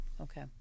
Okay